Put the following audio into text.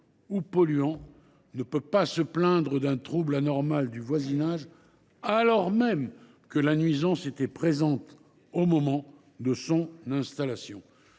ou polluant ne peut se plaindre d’un trouble anormal du voisinage, alors même que la nuisance existait au moment de son installation.